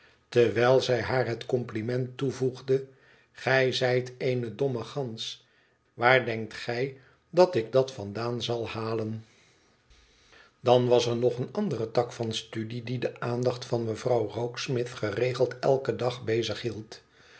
terwijl zij haar het compliment toevoegde t gij zijt eene domme gans waar denkt gij dat ik dat vandaan zal halen dan was er nog een andere tak van studie die de aandacht van mevrouw rokesmith geregeld eiken dag bezig hield